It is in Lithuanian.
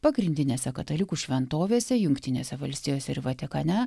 pagrindinėse katalikų šventovėse jungtinėse valstijose ir vatikane